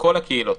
לכל הקהילות.